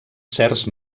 certs